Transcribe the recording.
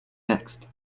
next